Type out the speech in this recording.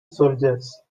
soldiers